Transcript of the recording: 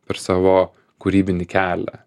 per savo kūrybinį kelią